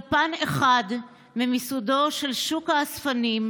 זהו פן אחד ממיסודו של שוק האספנים,